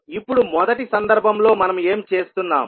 ఇప్పుడు మొదటి సందర్భంలో మనం ఏమి చేస్తున్నాము